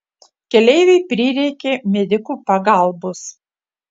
keleivei prireikė medikų pagalbos